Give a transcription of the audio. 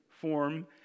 form